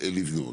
לבנות.